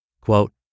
Quote